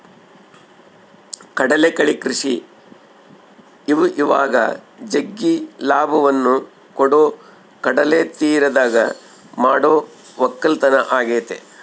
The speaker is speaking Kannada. ಕಡಲಕಳೆ ಕೃಷಿ ಇವಇವಾಗ ಜಗ್ಗಿ ಲಾಭವನ್ನ ಕೊಡೊ ಕಡಲತೀರದಗ ಮಾಡೊ ವಕ್ಕಲತನ ಆಗೆತೆ